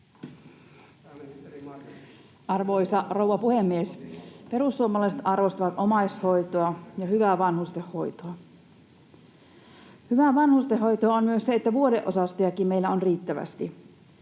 Arvoisa rouva puhemies! Perussuomalaiset arvostavat omaishoitoa ja hyvää vanhustenhoitoa. Hyvää vanhustenhoitoa on myös se, että vuodeosastojakin meillä on riittävästi.